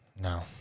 No